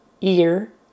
ear